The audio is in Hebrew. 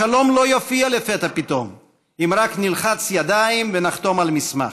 השלום לא יופיע לפתע פתאום אם רק נלחץ ידיים ונחתום על מסמך,